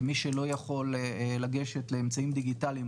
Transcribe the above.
מי שלא יכול לגשת לאמצעים דיגיטליים,